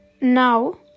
now